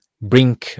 bring